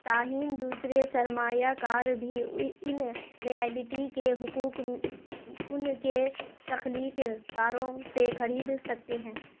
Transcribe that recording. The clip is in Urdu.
تاہم دوسرے سرمایہ کار بھی ان ریائلٹی کے حقوق ان کے تخلیق کاروں سے خرید سکتے ہیں